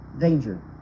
danger